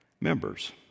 members